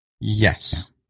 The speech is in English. Yes